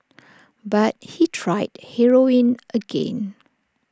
but he tried heroin again